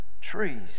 trees